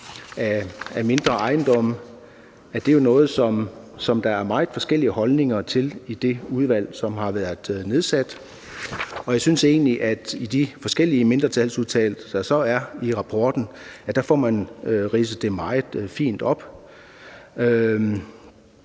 af mindre ejendomme er jo noget, der er meget forskellige holdninger til i det udvalg, som har været nedsat. Jeg synes egentlig, at man i de forskellige mindretalsudtalelser, der er i rapporten, får det ridset meget fint op.